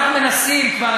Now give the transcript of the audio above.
אנחנו מנסים כבר,